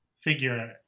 figure